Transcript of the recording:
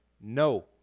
no